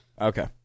Okay